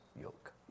yoke